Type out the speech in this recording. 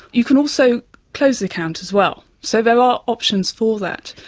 you can also close the account as well. so there are options for that.